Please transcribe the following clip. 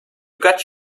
got